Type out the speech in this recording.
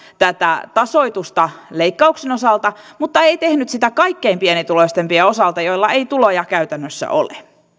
tätä tasoitusta leikkauksen osalta mutta ei tehnyt sitä kaikkein pienituloisimpien osalta joilla ei tuloja käytännössä ole